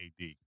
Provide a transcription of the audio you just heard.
AD